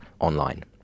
online